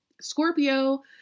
Scorpio